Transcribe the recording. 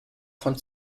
von